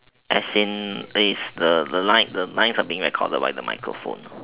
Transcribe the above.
as in is the the line the lines are being recorded by the microphone